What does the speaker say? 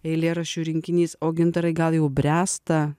eilėraščių rinkinys o gintarai gal jau bręsta